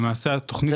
למעשה התכנית הזאת,